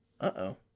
uh-oh